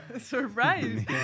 Surprise